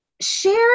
share